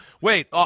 Wait